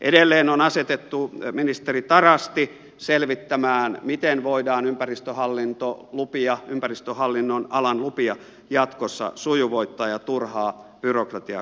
edelleen on asetettu ministeri tarasti selvittämään miten voidaan ympäristöhallintolupia ympäristöhallinnonalan lupia jatkossa sujuvoittaa ja turhaa byrokratiaa karsia